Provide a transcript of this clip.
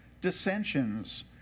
dissensions